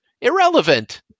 Irrelevant